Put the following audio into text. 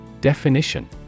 Definition